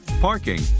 parking